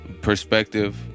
perspective